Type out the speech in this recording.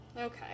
Okay